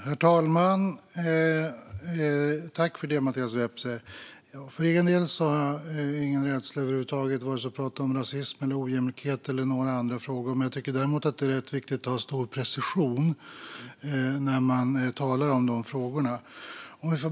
Herr talman! För egen del har jag över huvud taget ingen rädsla för att prata om rasism, ojämlikhet eller några andra frågor. Jag tycker däremot att det är viktigt att ha stor precision när man talar om de frågorna.